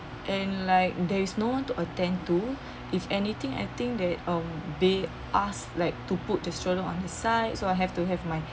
and like there is no one to attend to if anything I think that um they asked like to put the stroller on the side so I have to have my